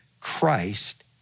Christ